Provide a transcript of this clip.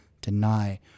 deny